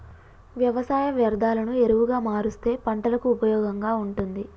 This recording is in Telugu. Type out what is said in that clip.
వ్యవసాయ వ్యర్ధాలను ఎరువుగా మారుస్తే పంటలకు ఉపయోగంగా ఉంటుంది